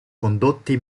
condotti